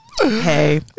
Hey